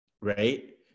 right